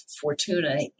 Fortuna